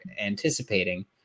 anticipating